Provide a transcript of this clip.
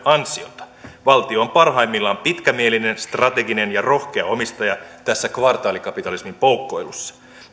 ansiota valtio on parhaimmillaan pitkämielinen strateginen ja rohkea omistaja tässä kvartaalikapitalismin poukkoilussa